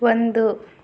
ಒಂದು